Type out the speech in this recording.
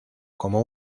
como